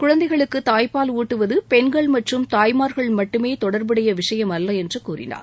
குழந்தைகளுக்கு தாய்ப்பால் ஊட்டுவது பெண்கள் மற்றும் தாய்மார்கள் மட்டுமே தொடர்புடைய விஷயம் அல்ல என்று கூறினார்